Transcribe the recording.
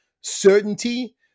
certainty